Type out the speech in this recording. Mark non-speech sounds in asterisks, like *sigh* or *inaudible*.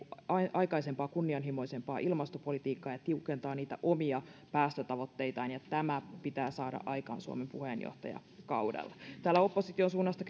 aikaisempaa kunnianhimoisempaa ilmastopolitiikkaa ja tiukentaa niitä omia päästötavoitteitaan ja tämä pitää saada aikaan suomen puheenjohtajakaudella täällä opposition suunnasta *unintelligible*